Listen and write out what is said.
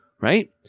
Right